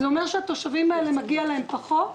זה אומר שלתושבים האלה מגיע פחות?